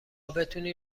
بتونی